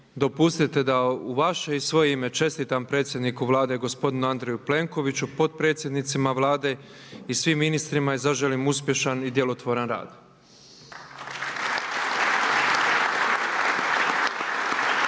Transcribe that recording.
Dopustite da u vaše i svoje ime čestitam predsjedniku Vlade gospodinu Andreju Plenkoviću, potpredsjednicima Vlade i svim ministrima i zaželim uspješan i djelotvoran rad.